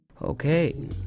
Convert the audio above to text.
okay